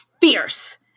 fierce